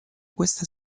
questa